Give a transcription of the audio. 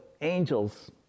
angels